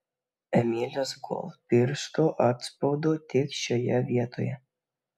emilės gold pirštų atspaudų tik šioje vietoje